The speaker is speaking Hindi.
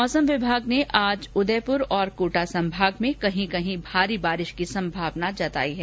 मौसम विभाग ने आज उदयपुर और कोटा संभाग में कहीं कहीं भारी बारिश की संभावना व्यक्त की है